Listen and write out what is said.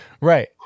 Right